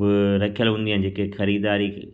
बि रखियल हूंदियूं आहिनि जेके ख़रीदारी